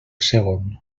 segon